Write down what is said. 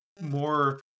more